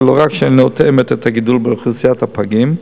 לא רק שאינה תואמת את הגידול באוכלוסיית הפגים,